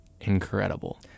incredible